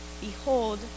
Behold